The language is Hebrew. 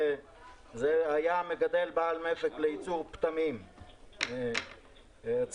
יש להם 60 יום ללכת, הם מסוגלים להביא את זה.